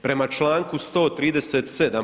Prema čl. 137.